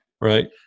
Right